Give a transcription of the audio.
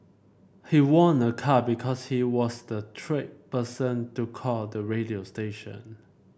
she won a car because she was the twelfth person to call the radio station